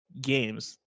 games